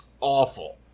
awful